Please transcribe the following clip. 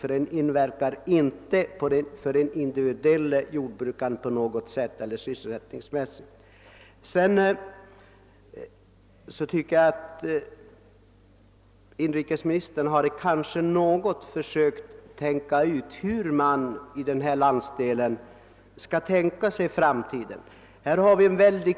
Placeringen i Luleå har från sysselsättningssynpunkt ingen inverkan på den enskilde jordbrukaren. Inrikesministern borde kanske ha försökt klara ut hur man i denna landsdel skall tänka sig framtiden. Vi har en väl